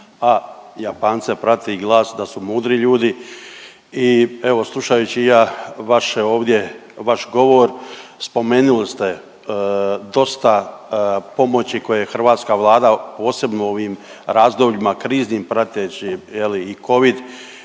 a Japance prati glas da su mudri ljudi i evo, slušajući ja vaše ovdje, vaš govor, spomenuli ste dosta pomoći koje je hrvatska Vlada, posebno u ovim razdobljima kriznim, prateći,